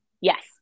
Yes